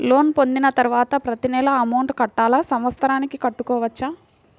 Loan పొందిన తరువాత ప్రతి నెల అమౌంట్ కట్టాలా? సంవత్సరానికి కట్టుకోవచ్చా?